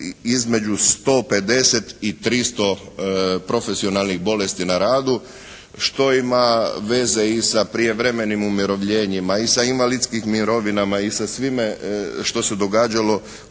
između 150 i 300 profesionalnih bolesti na radu što ima veze i sa prijevremenim umirovljenima. I sa invalidskim mirovinama i sa svime što se događalo